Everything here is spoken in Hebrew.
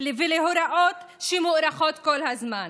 ולהוראות שמוארכות כל הזמן.